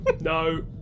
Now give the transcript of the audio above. no